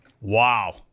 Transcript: Wow